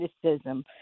criticism